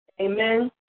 amen